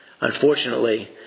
Unfortunately